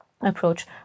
approach